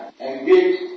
engage